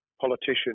politician